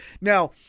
Now